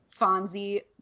Fonzie